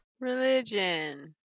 Religion